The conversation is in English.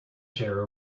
chair